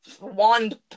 wand